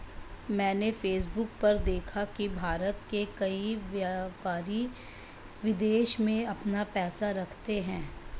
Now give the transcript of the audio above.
मैंने फेसबुक पर देखा की भारत के कई व्यापारी विदेश में अपना पैसा रखते हैं